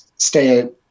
stay